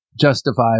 justify